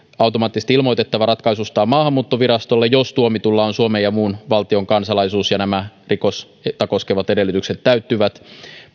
automaattisesti ilmoitettava ratkaisustaan maahanmuuttovirastolle jos tuomitulla on suomen ja muun valtion kansalaisuus ja nämä rikosta koskevat edellytykset täyttyvät